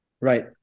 Right